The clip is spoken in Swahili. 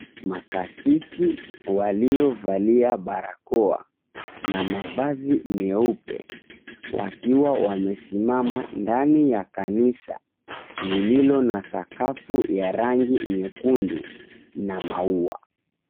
Makasisi waliovalia barakoa na mavazi meupe, wakiwa wamesimama ndani ya kanisa lililo na sakafu ya rangi nyekundu na maua.